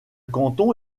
canton